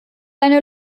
eine